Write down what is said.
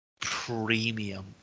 premium